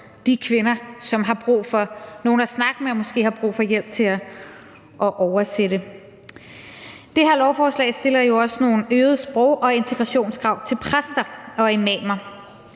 med og måske har brug for hjælp til at oversætte. Det her lovforslag stiller jo også nogle øgede sprog- og integrationskrav til præster og imamer